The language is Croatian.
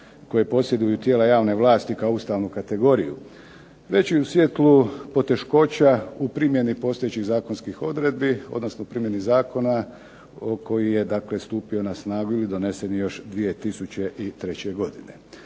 koje posjeduju tijela javne vlasti kao ustavnu kategoriju, već i u svjetlu poteškoća u primjeni postojećih zakonskih odredbi odnosno primjeni zakona koji je dakle stupio na snagu ili donesen je još 2003. godine.